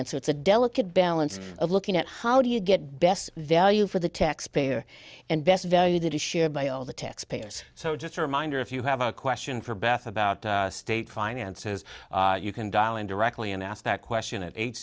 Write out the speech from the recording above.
answer it's a delicate balance of looking at how do you get best value for the taxpayer and best value that is shared by all the taxpayers so just a reminder if you have a question for beth about state finances you can dial in directly and ask that question at eight